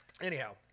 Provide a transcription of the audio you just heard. Anyhow